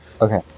Okay